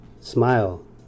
smile